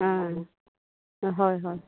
অঁ হয় হয়